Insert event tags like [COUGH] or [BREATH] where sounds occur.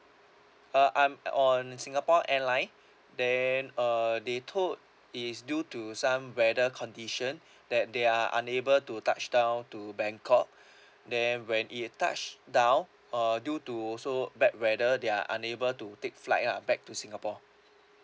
uh I'm on singapore airline [BREATH] then uh they told it's due to some weather condition [BREATH] that they are unable to touch down to bangkok [BREATH] then when it touch down uh due to also bad weather they are unable to take flight ah back to singapore